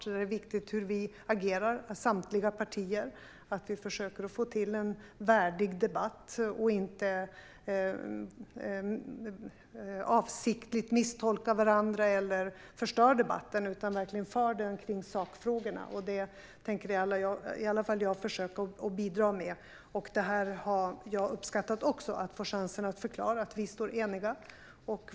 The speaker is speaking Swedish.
Då är det viktigt hur vi agerar i samtliga partier och att vi försöker se till att få en värdig debatt och inte avsiktligt misstolkar varandra eller förstör debatten. Vi ska föra den kring sakfrågorna, och det tänker i alla fall jag försöka bidra med. Också jag har uppskattat att vi här får chansen att förklara att vi står eniga.